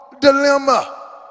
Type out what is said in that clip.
dilemma